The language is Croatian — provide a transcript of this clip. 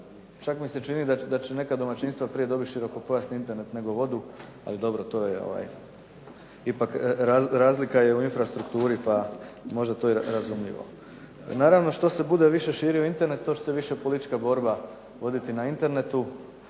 čak mi se čini da će neka domaćinstva prije dobiti širokopojasni Internet nego vodu, ali dobro to je ipak, razlika je u infrastrukturi pa je možda to i razumljivo. Naravno što se bude više širio Internet to će se više politička borba voditi na Internetu.